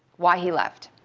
why he left.